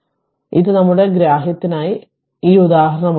അതിനാൽ ഇത് നമ്മുടെ ഗ്രാഹ്യത്തിനായി ഈ ഉദാഹരണമാണ്